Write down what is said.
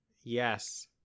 Yes